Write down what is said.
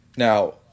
Now